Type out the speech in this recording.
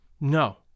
no